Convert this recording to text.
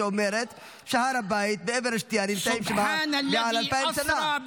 שאומרת שהר הבית ואבן השתייה נמצאים שם מעל 2,000 שנה.